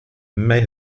may